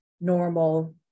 normal